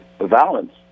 violence